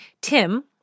Tim